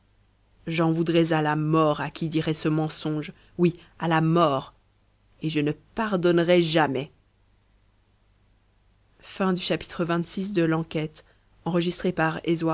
j'en voudrais à la mort à qui dirait ce mensonge oui à la mort et je ne pardonnerais jamais